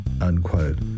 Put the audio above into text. unquote